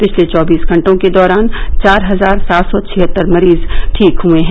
पिछले चौबीस घंटों के दौरान चार हजार सात सौ छिहत्तर मरीज ठीक हए है